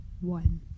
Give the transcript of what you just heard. one